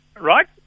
Right